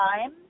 time